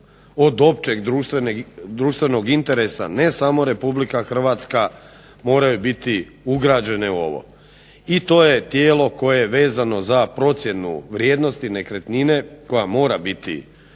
od općeg društvenog interesa ne samo RH moraju biti ugrađene u ovo. I to je tijelo koje je vezano za procjenu vrijednosti nekretnine koja mora biti tržišna